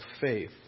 faith